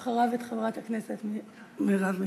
ואחריו, את חברת הכנסת מרב מיכאלי.